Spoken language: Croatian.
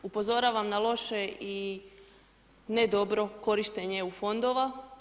Upozoravam na loše i ne dobro korištenje EU fondova.